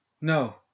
No